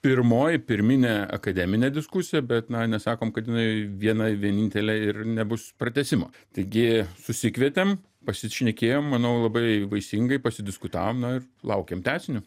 pirmoji pirminė akademinė diskusija bet na nesakom kad jinai viena vienintelė ir nebus pratęsimo taigi susikvietėm pasišnekėjom manau labai vaisingai pasidiskutavom na ir laukiam tęsinio